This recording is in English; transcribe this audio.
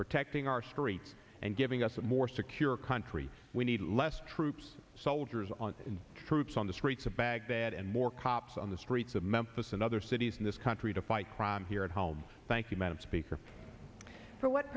protecting our streets and giving us a more secure country we need less troops soldiers on troops on the streets of baghdad and more cops on the streets of memphis and other cities in this country to fight crime here at home thank you madam speaker for what